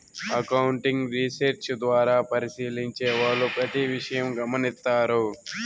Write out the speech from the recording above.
accounting research ద్వారా పరిశీలించే వాళ్ళు ప్రతి విషయం గమనిత్తారు